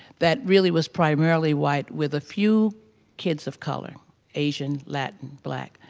that really was primarily white with a few kids of color asian, latin, black.